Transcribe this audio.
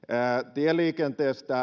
tieliikenteen